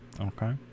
Okay